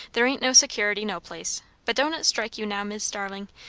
there ain't no security, no place but don't it strike you, now, mis' starling,